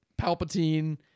Palpatine